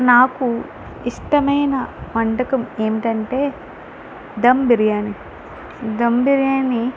నాకు ఇష్టమైన వంటకం ఏమిటంటే ధమ్ బిర్యానీ ధమ్ బిర్యానీ